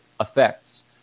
effects